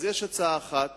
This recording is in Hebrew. יש הצעה אחת